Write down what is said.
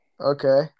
Okay